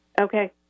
Okay